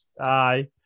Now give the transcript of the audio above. aye